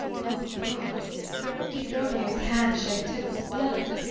o god did romeo's hand shed tybalt's blood?